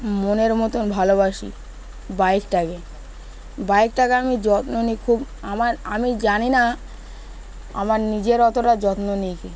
মনের মতন ভালোবাসি বাইকটাকে বাইকটাকে আমি যত্ন নিই খুব আমার আমি জানি না আমার নিজের অতটা যত্ন নিই